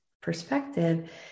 perspective